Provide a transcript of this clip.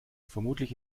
vermutlich